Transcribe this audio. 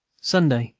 sunday,